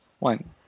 One